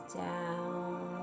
down